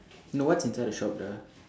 no what's inside the shop ah